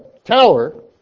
tower